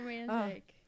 Romantic